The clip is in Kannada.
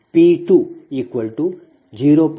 P20